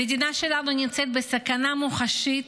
המדינה שלנו נמצאת בסכנה מוחשית,